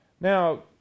Now